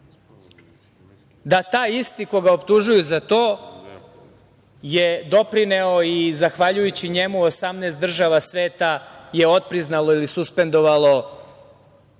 da taj isti koga optužuju za to je doprineo i zahvaljujući njemu 18 država sveta je otpriznalo ili suspendovalo